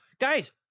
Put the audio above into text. Guys